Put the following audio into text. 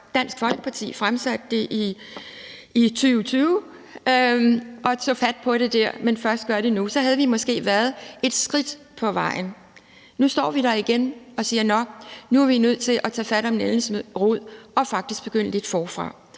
Dansk Folkeparti fremsatte et forslag om det i 2020, at tage fat på det der, men først gør det nu. Så havde vi måske været et skridt på vejen. Nu står vi der igen og siger: Nå, nu er vi nødt til at tage fat om nældens rod og faktisk begynde lidt forfra.